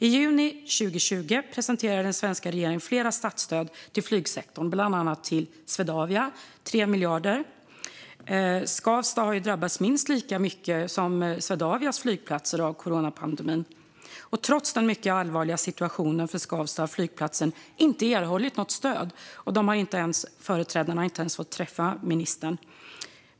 I juni 2020 presenterade den svenska regeringen flera statsstöd till flygsektorn, bland annat till Swedavia, 3 miljarder. Skavsta har drabbats minst lika mycket som Swedavias flygplatser av coronapandemin. Trots den mycket allvarliga situationen för Skavsta har flygplatsen inte erhållit något stöd. Företrädarna har inte ens fått träffa ministern.